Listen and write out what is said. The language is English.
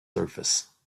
surface